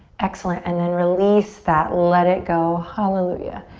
excellent and then release that. let it go. hallelujah.